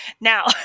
now